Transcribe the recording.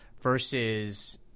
versus